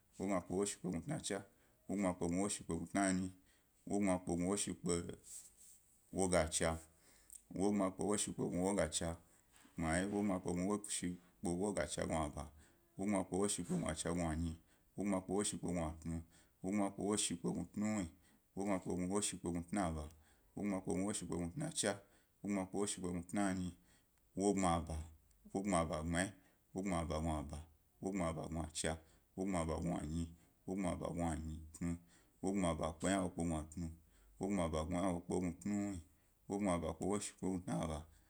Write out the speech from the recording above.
Wogbma kpe gnu washi kpe tnacha, wogbma kpe gnu washi kpe tnanyi, wogbma kpe gnu washi kpe wagacha, wogbna kpe gnu woshi wogacha gbmari, woghma kpe gnu washi wagacha gnacha, wogbma kpe gnu washi wogacha gnanyi, wogbma kpe woshi kpe gnatnu, wogbma kpe washi kpegnu tnuwuwyi, wogbma kpe washe kpe gnu tna’aba, wagbma kpe gnu woshi kpe tnacha, wogbma’kpa gnu washi kpe tnayiyi, wogbma ba, wogbmaba gbmi, wogbma ba gnacha, wogbma ba gnanyi, wogbma ba gnatnu, wogbma ba kpe tna’aba.